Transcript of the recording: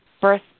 birth